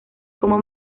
como